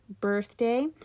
birthday